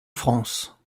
france